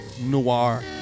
Noir